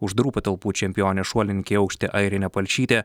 uždarų patalpų čempionė šuolininkė į aukštį airinė palšytė